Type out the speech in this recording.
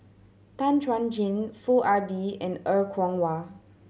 Tan Chuan Jin Foo Ah Bee and Er Kwong Wah